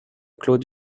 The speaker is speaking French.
claude